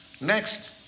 Next